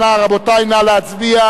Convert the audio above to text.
רבותי, נא להצביע.